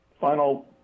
Final